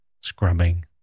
scrubbing